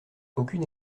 aucune